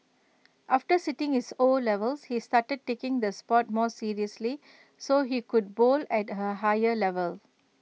after sitting his O levels he started taking the Sport more seriously so he could bowl at her higher level